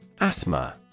Asthma